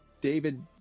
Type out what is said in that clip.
David